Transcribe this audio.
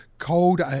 cold